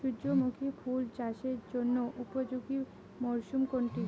সূর্যমুখী ফুল চাষের জন্য উপযোগী মরসুম কোনটি?